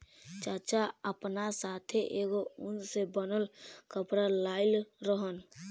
चाचा आपना साथै एगो उन से बनल कपड़ा लाइल रहन